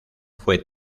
fue